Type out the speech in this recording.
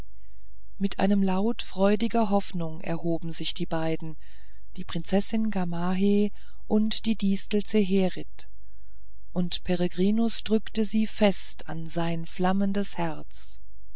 mit einem laut freudiger hoffnung erhoben sich beide die prinzessin gamaheh und die distel zeherit und peregrinus drückte sie fest an sein flammendes herz